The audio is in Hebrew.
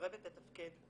ומסרבת לתפקד.